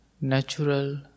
natural